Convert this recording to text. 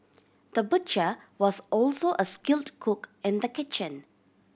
the butcher was also a skilled cook in the kitchen